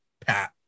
pat